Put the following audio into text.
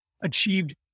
achieved